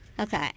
Okay